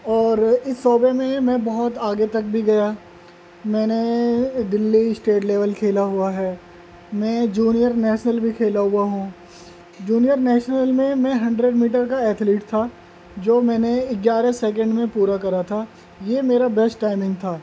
اور اس شعبے میں میں بہت آگے تک بھی گیا میں نے دلی اسٹیٹ لیول کھیلا ہوا ہے میں جونیئر نیشنل بھی کھیلا ہوا ہوں جونیئر نیشنل میں میں ہنڈریڈ میٹر کا ایتھلیٹ تھا جو میں نے گیارہ سیکنڈ میں پورا کرا تھا یہ میرا بیسٹ ٹائمنگ تھا